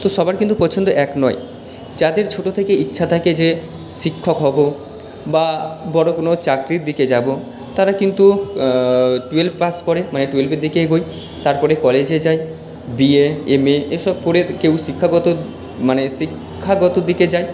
তো সবার কিন্তু পছন্দ এক নয় যাদের ছোট থেকে ইচ্ছা থাকে যে শিক্ষক হব বা বড় কোনো চাকরির দিকে যাব তারা কিন্তু টুয়েলভ পাস করে মানে টুয়েলভের দিকে এগোয় তারপরে কলেজে যায় বিএ এমএ এসব পড়ে কেউ শিক্ষাগত মানে শিক্ষাগত দিকে যায়